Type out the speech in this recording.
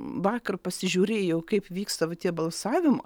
vakar pasižiūrėjau kaip vyksta va tie balsavimo